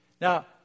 Now